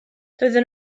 doedden